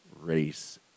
race